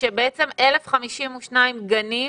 שבעצם 1,052 גנים